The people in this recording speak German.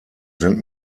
sind